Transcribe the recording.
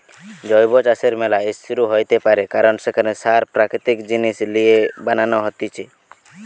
জৈব চাষের ম্যালা ইস্যু হইতে পারে কারণ সেখানে সার প্রাকৃতিক জিনিস লিয়ে বানান হতিছে